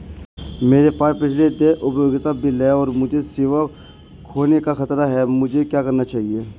मेरे पास पिछले देय उपयोगिता बिल हैं और मुझे सेवा खोने का खतरा है मुझे क्या करना चाहिए?